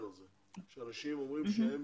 אנשים אומרים שהם